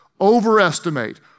overestimate